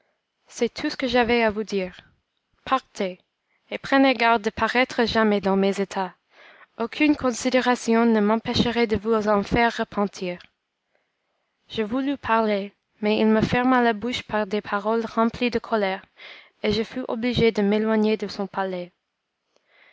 c'est tout ce que j'avais à vous dire partez et prenez garde de paraître jamais dans mes états aucune considération ne m'empêcherait de vous en faire repentir je voulus parler mais il me ferma la bouche par des paroles remplies de colère et je fus obligé de m'éloigner de son palais